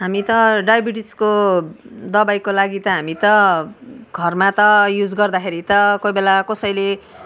हामी त डाइबिटिजको दबाईको लागि त हामी त घरमा त युज गर्दाखेरि त कोही बेला कसैले